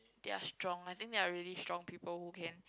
they are strong I think they are really strong people who can